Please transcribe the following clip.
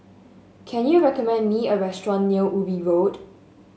can you recommend me a restaurant near Ubi Road